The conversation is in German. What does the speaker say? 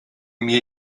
mir